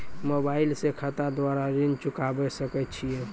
Mobile से खाता द्वारा ऋण चुकाबै सकय छियै?